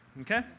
Okay